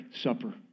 supper